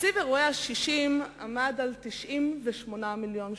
תקציב אירועי ה-60 עמד על 98 מיליון שקלים.